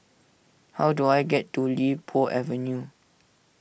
how do I get to Li Po Avenue